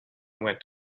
went